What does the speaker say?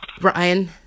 Ryan